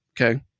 okay